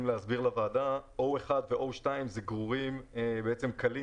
להסביר לוועדה ש-O1 ו-O2 זה גרורים קלים,